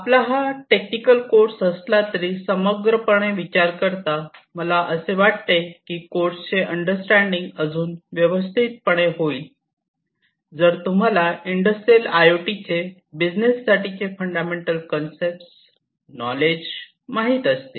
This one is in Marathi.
आपला हा टेक्निकल कोर्स असला तरी समग्र पणे विचार करता मला असे वाटते की कोर्सचे अंडरस्टँडिंग अजून व्यवस्थितपणे होईल जर तुम्हाला इंडस्ट्रियल आय ओ टी चे बिजनेस साठीचे फंडामेंटल कन्सेप्ट नॉलेज माहित असतील